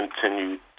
continued